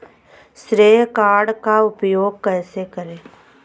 श्रेय कार्ड का उपयोग कैसे करें?